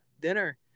dinner